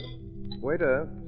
Waiter